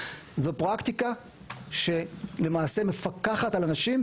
זאת פרקטיקה שלמעשה מפקחת על אנשים,